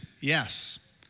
Yes